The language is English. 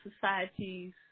societies